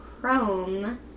chrome